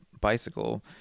bicycle